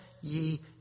ye